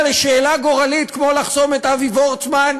לשאלה גורלית כמו לחסום את אבי וורצמן.